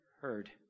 heard